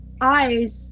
eyes